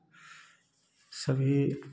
सभी